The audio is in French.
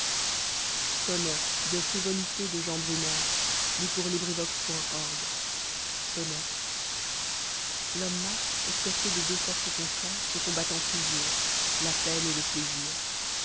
sonnet l'homme marche escorté de deux forces contraires se combattant toujours la peine et le plaisir